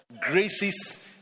graces